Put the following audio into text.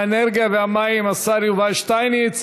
האנרגיה והמים, השר יובל שטייניץ.